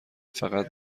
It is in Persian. فقط